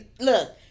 look